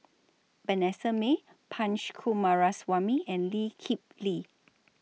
Vanessa Mae Punch Coomaraswamy and Lee Kip Lee